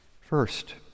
First